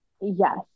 yes